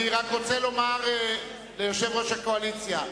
אני רוצה לומר ליושב-ראש הקואליציה: